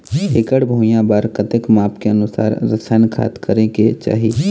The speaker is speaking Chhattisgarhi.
एकड़ भुइयां बार कतेक माप के अनुसार रसायन खाद करें के चाही?